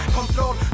Control